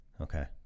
Okay